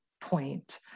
point